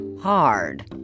hard